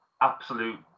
absolute